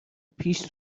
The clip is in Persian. پیش